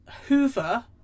hoover